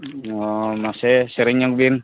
ᱚᱻ ᱢᱟᱥᱮ ᱥᱮᱨᱮᱧ ᱧᱚᱜ ᱵᱤᱱ